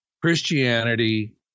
Christianity